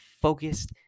focused